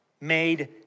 made